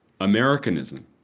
americanism